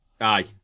Aye